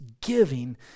giving